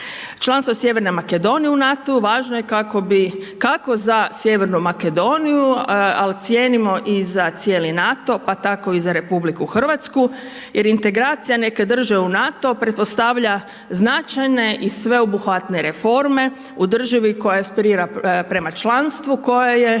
Članstvo sjeverne Makedonije u NATO-u važno je kako bi, kako za sjevernu Makedoniju, a ocijenimo i za cijeli NATO, pa tako i za RH jer integracija neke države u NATO pretpostavlja značajne i sveobuhvatne reforme u državi koja esperira prema članstvu koje je